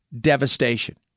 devastation